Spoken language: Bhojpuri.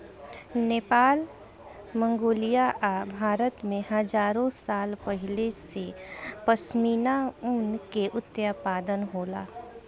नेपाल, मंगोलिया आ भारत में हजारो साल पहिले से पश्मीना ऊन के उत्पादन होला